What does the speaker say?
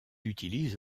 utilise